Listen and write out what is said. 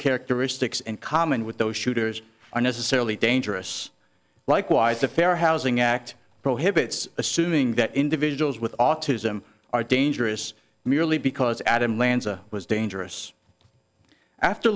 characteristics in common with those shooters are necessarily dangerous likewise the fair housing act prohibits assuming that individuals with autism are dangerous merely because adam lanza was dangerous after